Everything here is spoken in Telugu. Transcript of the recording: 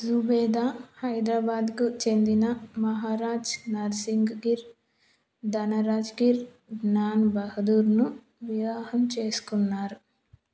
జుబేదా హైదరాబాద్కు చెందిన మహారాజ్ నర్సింగిర్ ధనరాజ్గిర్ జ్ఞాన్ బహదూర్ను వివాహం చేసుకున్నారు